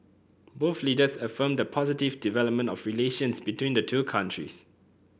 both leaders affirmed the positive development of relations between the two countries